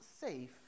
safe